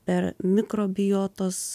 per mikrobiotos